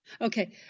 Okay